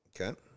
Okay